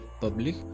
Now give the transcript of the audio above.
public